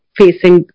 facing